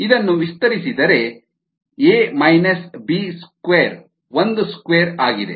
ಇದನ್ನು ವಿಸ್ತರಿಸಿದರೆ A minus B square ಒಂದು ಸ್ಕ್ವೇರ್ ಆಗಿದೆ